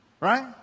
Right